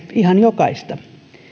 ihan jokaista